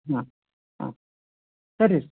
ಹಾಂ ಹಾಂ ಸರಿ ರೀ